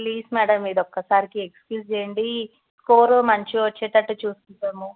please madam ఇది ఒక్కసారికి excuse చేయండి స్కోర్ మంచిగా వచ్చేటట్టు చూసుకుంటాము